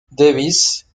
davies